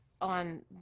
on